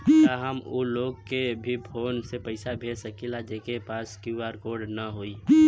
का हम ऊ लोग के भी फोन से पैसा भेज सकीला जेकरे पास क्यू.आर कोड न होई?